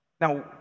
Now